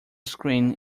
screen